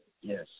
Yes